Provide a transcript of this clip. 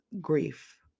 grief